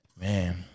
Man